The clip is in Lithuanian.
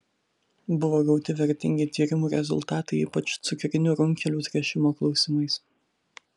buvo gauti vertingi tyrimų rezultatai ypač cukrinių runkelių tręšimo klausimais